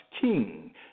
king